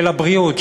של הבריאות,